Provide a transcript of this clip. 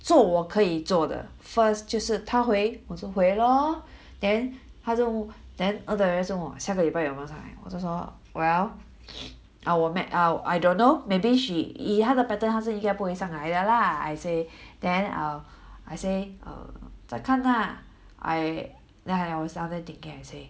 做我可以做的 first 就是她回我说回咯 then 她就 then all the rest 问我下个礼拜有没有上来我就说 well I will me~ I'll I don't know maybe she 以她的 pattern 她是应该不会上来的啦 I say then err I say err 再看啦 I then I wasn't thinking I say